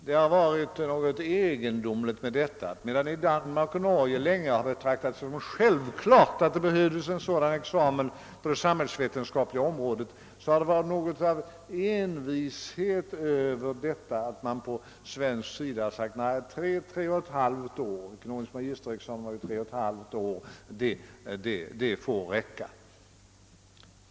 Det är egendomligt att medan det i Danmark och Norge länge har betraktats som självklart att det behövdes en sådan examen på det sambhällsvetenskapliga området, har man på svensk sida envist sagt att 3 å 3! 2 år — får räcka.